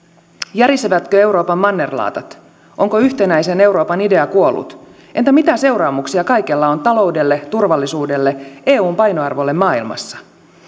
järisevätkö euroopan mannerlaatat onko yhtenäisen euroopan idea kuollut entä mitä seuraamuksia kaikella on taloudelle turvallisuudelle eun painoarvolle maailmassa